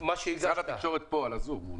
משרד התקשורת פה בזום.